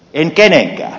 en kenenkään